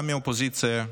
גם מהאופוזיציה,